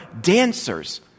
dancers